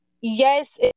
yes